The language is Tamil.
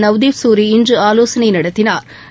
நவ்தீப் சூரி இன்று ஆலோசனை நடத்தினாா்